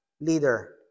leader